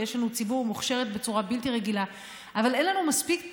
ויש לנו ציבור מוכשרת בצורה בלתי רגילה אבל אין לנו מספיק תקנים,